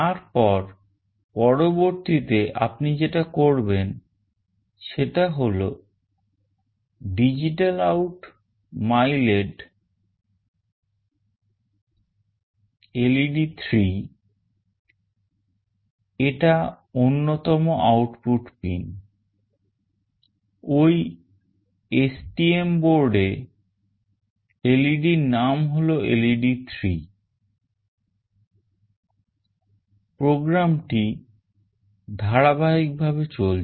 তারপর পরবর্তীতে আপনি যেটা করবেন সেটা হল DigitalOut myLED ধারাবাহিকভাবে চলছে